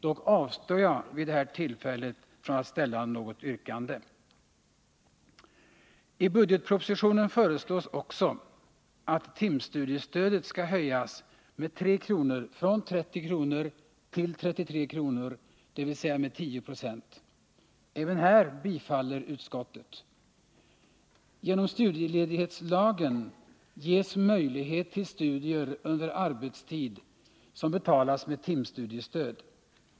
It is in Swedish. Dock avstår jag vid det här tillfället från att ställa något yrkande. I budgetpropositionen föreslås också att timstudiestödet skall höjas med 3 kr. från 30 kr. till 33 kr., dvs. med 10 26. Även här biträder utskottet förslaget. Genom studieledighetslagen ges möjlighet till studier under arbetstid som betalas med timstudiestöd.